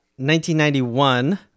1991